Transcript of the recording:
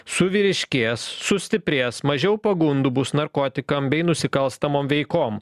suvyriškės sustiprės mažiau pagundų bus narkotikam bei nusikalstamom veikom